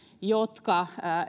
jotka